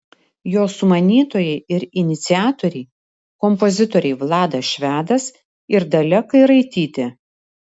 jo sumanytojai ir iniciatoriai kompozitoriai vladas švedas ir dalia kairaitytė